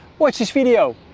whatch this video!